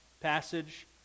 passage